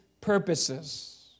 purposes